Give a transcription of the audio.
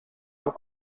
sap